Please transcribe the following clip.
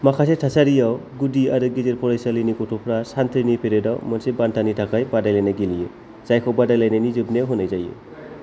माखासे थासारिआव गुदि आरो गेजेर फरायसालिनि गथ'फ्रा सान्थ्रिनि पेरेडआव मोनसे बान्थानि थाखाय बादायलायनाय गेलेयो जायखौ बादायलायनायनि जोबनायाव होनाय जायो